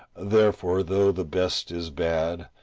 therefore, though the best is bad,